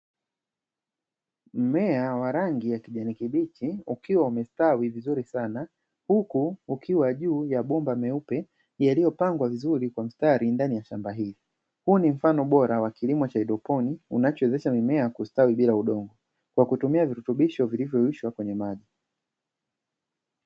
Mmea wa rangi ya kijani kibichi ukiwa umestawi vizuri sana huku ukiwa juu ya bomba meupe yaliyopangwa vizuri kwa mstari ndani ya shamba hilo. Huu ni mfano bora wa kilimo cha haidroponi, unachowezesha mimea kustawi bila udongo kwa kutumia virutubisho vilivyorushwa kwenye maji.